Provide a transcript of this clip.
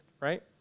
right